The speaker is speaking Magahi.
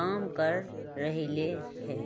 काम कर रहलई ह